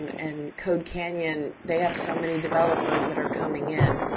um and codecanyon, they have so many developers that are coming in,